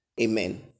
Amen